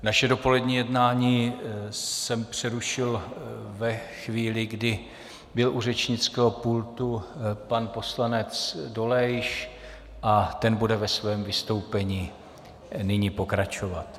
Naše dopolední jednání jsem přerušil ve chvíli, kdy byl u řečnického pultu pan poslanec Dolejš, a ten bude ve svém vystoupení nyní pokračovat.